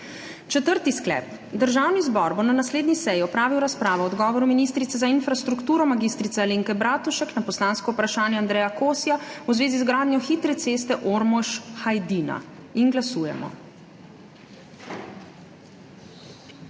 Četrti sklep: Državni zbor bo na naslednji seji opravil razpravo o odgovoru ministrice za infrastrukturo mag. Alenke Bratušek na poslansko vprašanje Andreja Kosja v zvezi z gradnjo hitre ceste Ormož–Hajdina. Glasujemo.